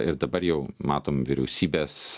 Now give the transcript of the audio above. ir dabar jau matom vyriausybės